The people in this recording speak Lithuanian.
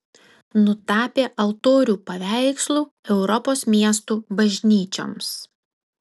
nutapė altorių paveikslų europos miestų bažnyčioms